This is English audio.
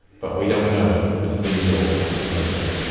but we don't know if it was these or ah some other boards.